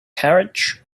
carriage